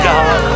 God